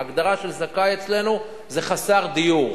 ההגדרה של זכאי אצלנו זה חסר דיור.